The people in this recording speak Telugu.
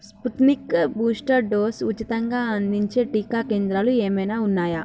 స్పుత్నిక్ బూస్టర్ డోసు ఉచితంగా అందించే టీకా కేంద్రాలు ఏమైనా ఉన్నాయా